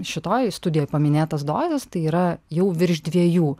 šitoj studijoj paminėtas dozes tai yra jau virš dviejų